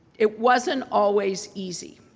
it wasn't always easy.